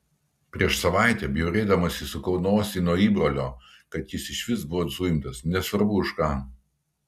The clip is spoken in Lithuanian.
prieš savaitę bjaurėdamasi sukau nosį nuo įbrolio kad jis išvis buvo suimtas nesvarbu už ką